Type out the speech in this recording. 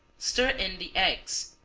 stir in the eggs,